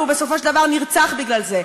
ובסופו של דבר הוא נרצח בגלל זה.